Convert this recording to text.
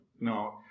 no